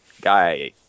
guy